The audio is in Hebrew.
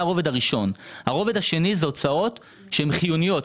הרובד השני זה הוצאות שהן חיוניות.